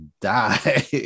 die